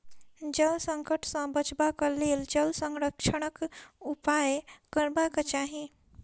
जल संकट सॅ बचबाक लेल जल संरक्षणक उपाय करबाक चाही